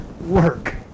work